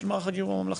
של מערך הגיור הממלכתי.